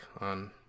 on